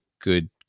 good